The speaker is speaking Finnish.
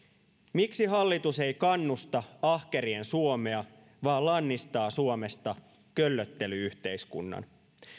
miksi hallitus ei kannusta ahkerien suomea vaan lannistaa suomesta köllöttely yhteiskunnan